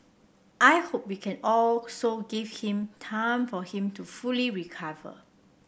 I hope we can also give him time for him to fully recover